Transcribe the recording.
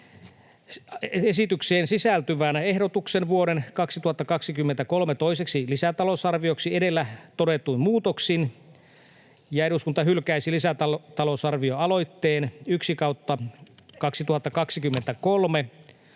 esitykseen sisältyvän ehdotuksen vuoden 2023 toiseksi lisätalousarvioksi edellä todetuin muutoksin ja eduskunta hylkää lisätalousarvioaloitteen 1/2023 ja